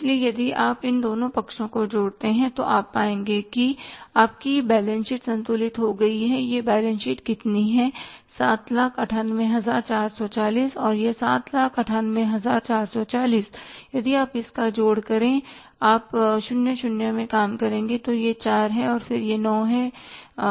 इसलिए यदि आप इन दोनों पक्षों को जोड़ते हैं तो आप पाएंगे कि आपकी बैलेंस शीट संतुलित हो गई है यह बैलेंस शीट कितनी है 798440 और यह 798440 यदि आप इसका जोड़ करें आप 00 में काम करेंगे तो यह 4 है फिर यह 9 है 8 यह फिर से 4 है